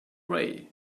ray